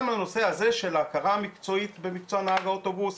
גם בנושא הזה של ההכרה המקצועית במקצוע נהג האוטובוס,